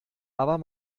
aber